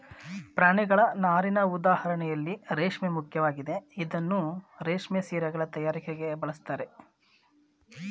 ಪ್ರಾಣಿಗಳ ನಾರಿನ ಉದಾಹರಣೆಯಲ್ಲಿ ರೇಷ್ಮೆ ಮುಖ್ಯವಾಗಿದೆ ಇದನ್ನೂ ರೇಷ್ಮೆ ಸೀರೆಗಳ ತಯಾರಿಕೆಗೆ ಬಳಸ್ತಾರೆ